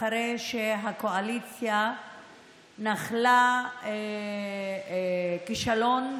אחרי שהקואליציה נחלה כישלון,